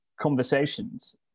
conversations